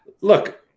look